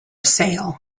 sale